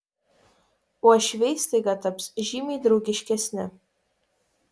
uošviai staiga taps žymiai draugiškesni